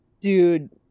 Dude